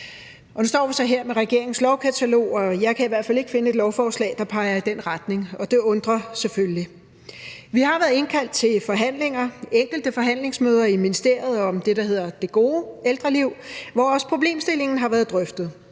Nu står vi så her med regeringens lovkatalog, og jeg kan i hvert fald ikke finde et lovforslag, der peger i den retning, og det undrer selvfølgelig. Vi har været indkaldt til enkelte forhandlingsmøder i ministeriet om det gode ældreliv, hvor også problemstillingen har været drøftet,